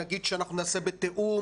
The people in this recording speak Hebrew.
נגיד שאנחנו נעשה בתיאום,